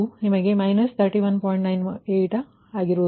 ನೀವು ಈ ಎಲ್ಲಾ ಮೌಲ್ಯಗಳನ್ನು ಹಾಕುತ್ತೀರಿ ಮತ್ತು ನೀವು ಲೆಕ್ಕಾಚಾರ ಮಾಡುತ್ತೀರಿ